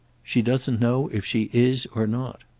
she doesn't know if she is or not.